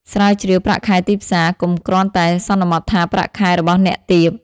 ស្រាវជ្រាវប្រាក់ខែទីផ្សារ កុំគ្រាន់តែសន្មតថាប្រាក់ខែរបស់អ្នកទាប។